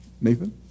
Nathan